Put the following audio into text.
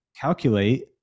calculate